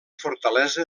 fortalesa